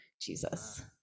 Jesus